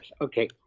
Okay